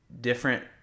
different